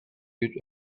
you